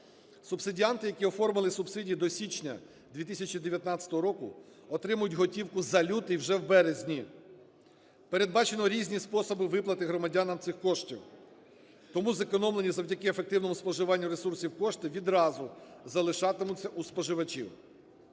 Субсидіанти, які оформили субсидію до січня 2019 року, отримають готівку за лютий вже в березні. Передбачені різні способи виплати громадянам цих коштів, тому зекономлені завдяки ефективному споживанню ресурсів кошти відразу залишатимуться у споживачів.